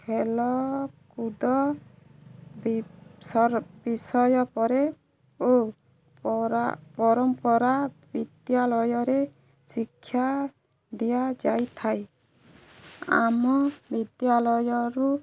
ଖେଳକୁଦ ବିଷୟ ପରେ ଓ ପରମ୍ପରା ବିଦ୍ୟାଳୟରେ ଶିକ୍ଷା ଦିଆଯାଇଥାଏ ଆମ ବିଦ୍ୟାଳୟରୁ